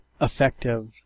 effective